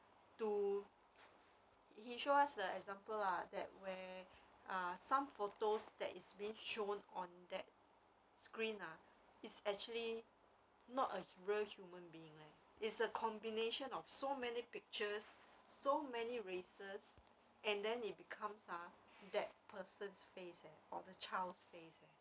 to he show us the example lah that where some photos that is being shown on that screen ah it's actually not a real human being leh it's a combination of so many pictures so many races and then it becomes ah that person's face leh or the child's face eh